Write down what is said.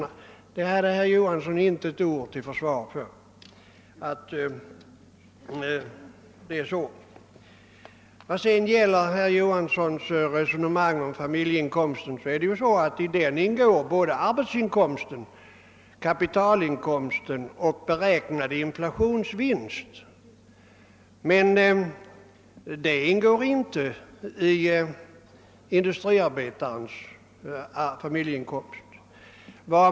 Vad sedan beträffar herr Johansons resonemang om jordbrukarens familjeinkomst så ingår ju i den både arbetsinkomst, kapitalinkomst och beräknad inflationsvinst. Men de posterna ingår inte i industriarbetarens inkomst.